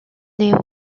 les